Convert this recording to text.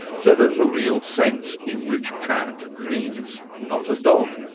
so there's a real sense in which cat means not a dog.